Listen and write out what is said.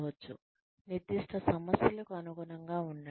నిర్దిష్ట సమస్యలకు అనుగుణంగా ఉండండి